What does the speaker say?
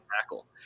tackle